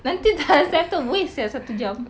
nanti tak accepted waste sia satu jam